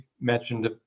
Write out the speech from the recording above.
mentioned